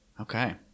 Okay